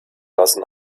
lassen